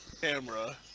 camera